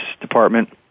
department